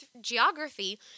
geography